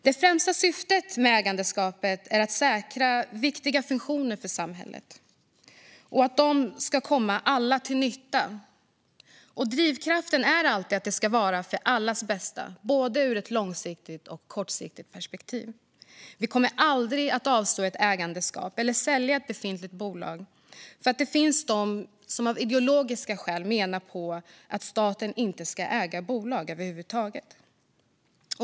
Det främsta syftet med ägarskapet är att säkra viktiga funktioner för samhället och att dessa ska komma alla till nytta. Drivkraften är alltid att det ska vara för allas bästa, ur både ett långsiktigt och ett kortsiktigt perspektiv. Vi kommer aldrig att avstå ett ägarskap eller sälja ett befintligt bolag för att det finns de som av ideologiska skäl menar att staten inte ska äga bolag över huvud taget.